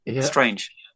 strange